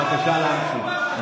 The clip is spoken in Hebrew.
בבקשה להמשיך.